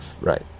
Right